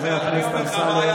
חבר הכנסת אמסלם,